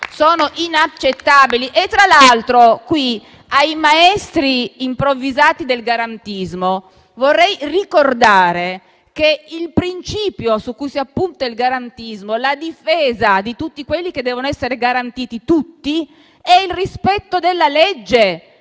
sono inaccettabili. Tra l'altro, ai maestri improvvisati del garantismo vorrei ricordare che il principio su cui si appunta il garantismo, la difesa di tutti quelli che devono essere garantiti, è il rispetto della legge,